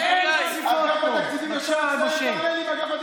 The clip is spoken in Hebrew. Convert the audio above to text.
תענה לי אם אגף התקציבים,